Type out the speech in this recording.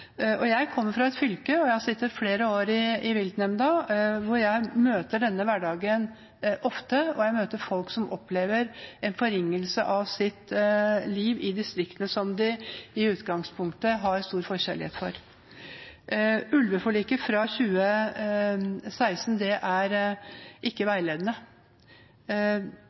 Jeg kommer fra et fylke – og jeg har sittet flere år i viltnemnda – hvor jeg møter denne hverdagen ofte, og jeg møter folk som opplever en forringelse av sitt liv i distriktene, som de i utgangspunktet har stor forkjærlighet for. Ulveforliket fra 2016 er ikke veiledende.